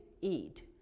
eat